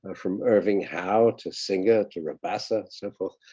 ah from irving howe, to singer to rabassa and so forth.